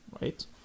right